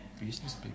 business